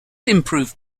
improved